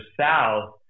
south